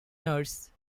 nurse